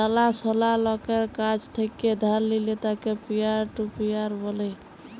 জালা সলা লকের কাছ থেক্যে ধার লিলে তাকে পিয়ার টু পিয়ার ব্যলে